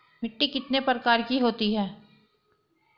मिट्टी कितने प्रकार की होती हैं?